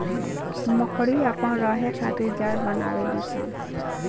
मकड़ी अपना रहे खातिर जाल बनावे ली स